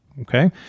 Okay